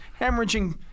hemorrhaging